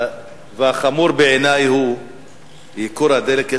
והחמור בעיני הוא ייקור הדלק.